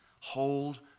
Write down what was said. hold